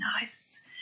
nice